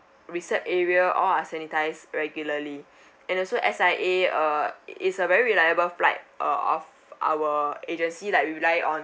recep~ area all are sanitised regularly and also S_I_A uh is a very liable flight uh of our agency like we rely on